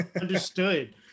Understood